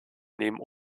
nehmen